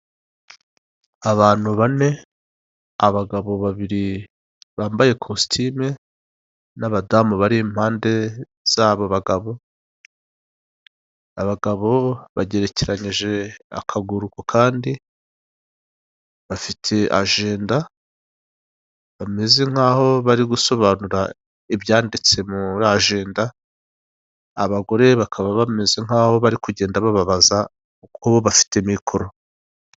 Abantu bane, abagabo babiri bambaye kositime n'abadamu bari impande z'abo bagabo. Abagabo bagerekeranyije akaguru kandi, bafite ajenda, bameze nk'aho bari gusobanura ibyanditse muri ajenda, abagore bakaba bameze nk'aho bari kugenda bababaza kuko bafite mikoro.